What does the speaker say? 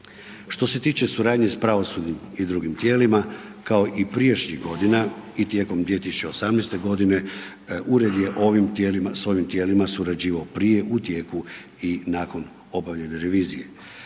Što se tiče suradnje s pravosudnim i drugim tijelima kao i prijašnjih godina i tijekom 2018. godine ured je ovim tijelima, s ovim tijelima surađivao prije u tijeku i nakon obavljene revizije.